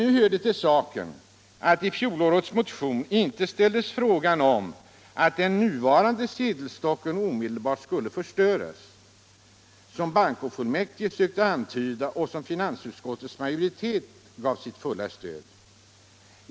Nu hör det till saken att i fjolårets motion frågan inte ställdes om att den nuvarande sedelstocken omedelbart skulle förstöras, som bankofullmäktige sökte antyda, vilket finansutskottets majoritet gav sitt fulla stöd.